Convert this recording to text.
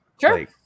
Sure